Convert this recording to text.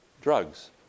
Drugs